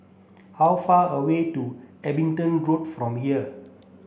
how far away to Abingdon Road from here